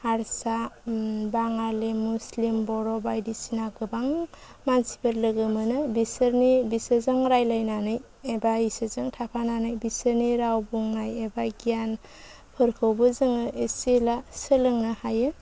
हारसा बाङालि मुस्लिम बर' बायदिसिना गोबां मानसिफोर लोगो मोनो बिसोरनि बिसोरजों रायलायनानै एबा बिसोरजों थाफानानै बिसोरनि राव बुंनाय एबा गियान फोरखौबो जोङो एसे एला सोलोंनो हायो